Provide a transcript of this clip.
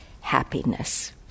happiness